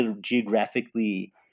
geographically